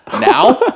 Now